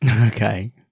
Okay